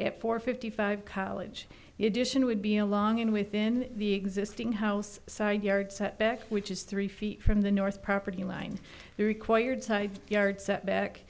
at four fifty five college edition would be along in within the existing house side yard setback which is three feet from the north property line the required side yard setback